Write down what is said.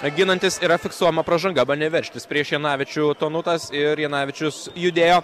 ginantis yra fiksuojama pražanga bandė veržtis prieš janavičių tonutas ir janavičius judėjo